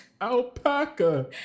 Alpaca